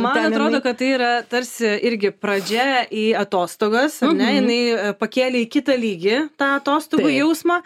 man atrodo kad tai yra tarsi irgi pradžia į atostogas ar ne jinai pakėlė į kitą lygį tą atostogų jausmą